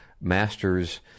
Masters